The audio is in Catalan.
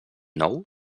nou